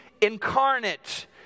incarnate